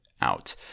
out